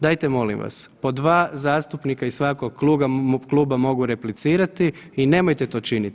Dajte molim vas, po dva zastupnika iz svakog kluba mogu replicirati i nemojte to činiti.